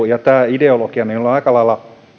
ja siihen ideologiaan olen aika lailla